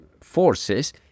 forces